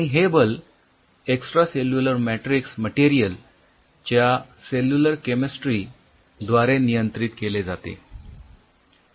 आणि हे बल एक्सट्रासेल्युलर मॅट्रिक्स मटेरियल च्या सेल्युलर केमिस्ट्री द्वारे नियंत्रित केले जाते